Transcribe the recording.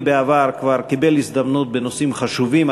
בעבר כבר קיבל הזדמנות בנושאים חשובים,